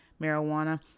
marijuana